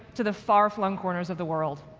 to the far-flung corners of the world.